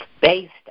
based